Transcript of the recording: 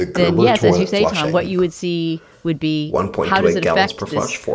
then, yes, as you say, tom, what you would see would be how does it affect this,